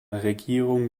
regierung